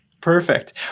Perfect